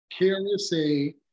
KRSA